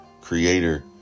creator